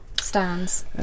stands